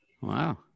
Wow